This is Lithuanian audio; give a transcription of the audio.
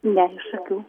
ne iš šakių